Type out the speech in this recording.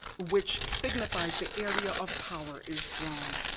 which signifies the area of power is drawn.